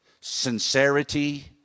sincerity